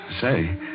say